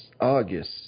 August